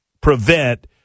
prevent